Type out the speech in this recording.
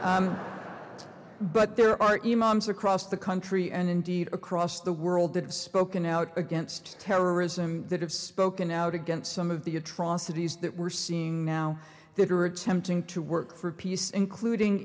not but there are you moms across the country and indeed across the world that have spoken out against terrorism that have spoken out against some of the atrocities that we're seeing now that are attempting to work for peace including